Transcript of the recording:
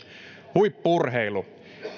huippu urheilu